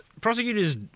prosecutors